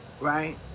Right